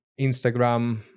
Instagram